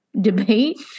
debate